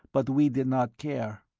but we did not care.